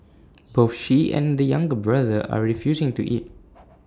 both she and the younger brother are refusing to eat